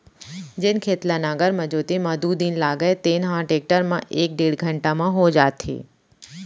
जेन खेत ल नांगर म जोते म दू दिन लागय तेन ह टेक्टर म एक डेढ़ घंटा म हो जात हे